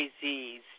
Z's